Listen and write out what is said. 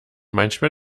manchmal